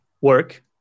work